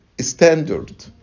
standard